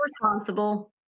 responsible